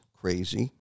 crazy